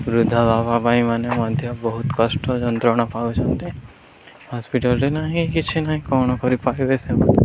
ବୃଦ୍ଧା ବାବା ପାଇଁ ମାନେ ମଧ୍ୟ ବହୁତ କଷ୍ଟ ଯନ୍ତ୍ରଣା ପାଉଛନ୍ତି ହସ୍ପିଟାଲ୍ରେ ନାହିଁ କିଛି ନାହିଁ କ'ଣ କରିପାରିବେ ସେମାନେ